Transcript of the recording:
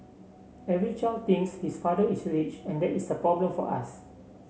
every child thinks his father is rich and that is a problem for us